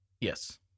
Yes